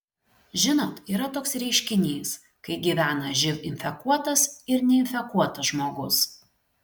žinot yra toks reiškinys kai gyvena živ infekuotas ir neinfekuotas žmogus